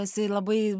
esi labai